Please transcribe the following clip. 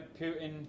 Putin